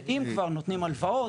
ואם כבר נותנים הלוואות,